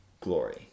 glory